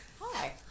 Hi